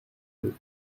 deux